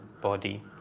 body